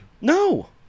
no